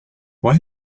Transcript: why